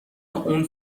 اون